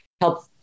help